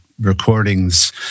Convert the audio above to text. recordings